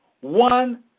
one